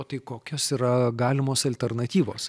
o tai kokios yra galimos alternatyvos